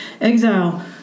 Exile